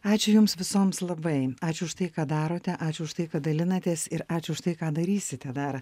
ačiū jums visoms labai ačiū už tai ką darote ačiū už tai kad dalinatės ir ačiū už tai ką darysite dar